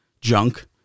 junk